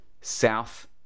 south